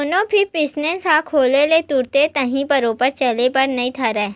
कोनो भी बिजनेस ह खोले ले तुरते ताही बरोबर चले बर नइ धरय